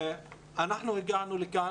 אנחנו הגענו לכאן,